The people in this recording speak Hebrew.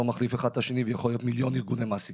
זה לא מחליף אחד את השני ויכולים להיות מיליון ארגוני מעסיקים.